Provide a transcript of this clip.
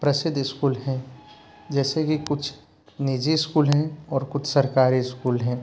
प्रसिद्ध स्कूल हैं जैसे कि कुछ निजी स्कूल हैं और कुछ सरकारी स्कूल हैं